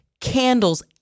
candles